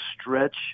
stretch